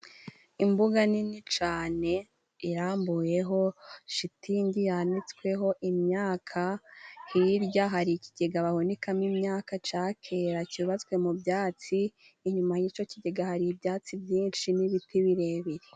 Imbuga nini cane irambuyeho shitingi yanitsweho imyaka hirya hari ikigega bahunikamo imyaka cakera cubatswe mu byatsi inyuma y'ico kigega hari ibyatsi byinshi n'ibiti birebire.